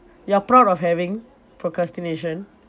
you are proud of having procrastination